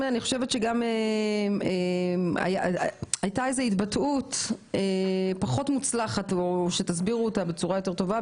אני חושבת שהייתה התבטאות פחות מוצלחת או שתסבירו אותה בצורה יותר טובה,